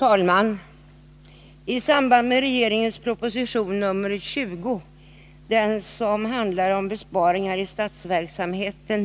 Fru talman! Till regeringens proposition 20—som handlar om besparingar i statsverksamheten